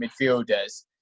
midfielders